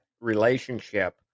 relationship